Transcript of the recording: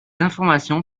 informations